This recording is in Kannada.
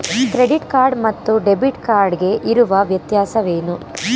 ಕ್ರೆಡಿಟ್ ಕಾರ್ಡ್ ಮತ್ತು ಡೆಬಿಟ್ ಕಾರ್ಡ್ ಗೆ ಇರುವ ವ್ಯತ್ಯಾಸವೇನು?